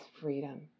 freedom